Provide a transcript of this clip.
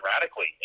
radically